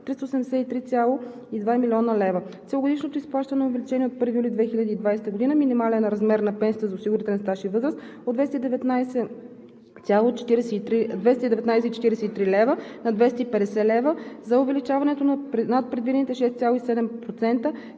383,2 млн. лв.; - целогодишното изплащане на увеличения от 1 юли 2020 г. минимален размер на пенсията за осигурителен стаж и възраст от 219,43 лв. на 250,00 лв. (за увеличението над предвидените 6,7%),